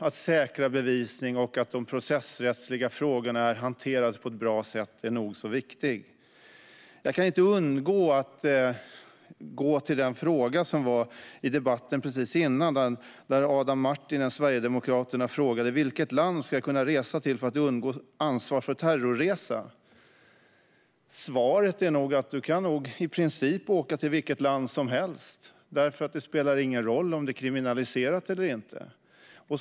Att säkra bevisning och att de processrättsliga frågorna hanteras på ett bra sätt är nog så viktigt. Jag kan inte undgå att ta upp den fråga som ställdes i debatten precis före denna. Adam Marttinen, Sverigedemokraterna, frågade: Vilket land kan jag resa till för att undgå ansvar för terrorresa? Svaret är nog: Du kan nog i princip åka till vilket land som helst, för det spelar ingen roll om det är kriminaliserat eller inte.